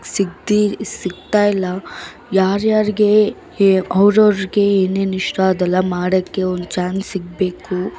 ಸಿಗ್ದಿ ಸಿಗ್ತಾ ಇಲ್ಲ ಯಾರ್ಯಾರಿಗೆ ಅವ್ರವ್ರಿಗೆ ಏನೇನು ಇಷ್ಟ ಅದೆಲ್ಲ ಮಾಡೋಕ್ಕೆ ಒಂದು ಚಾನ್ಸ್ ಸಿಗಬೇಕು